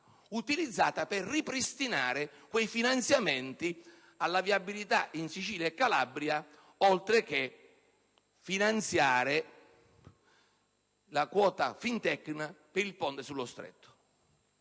utilizzata per ripristinare quei finanziamenti alla viabilità in Sicilia e Calabria oltre che finanziare la quota FINTECNA per il ponte sullo Stretto.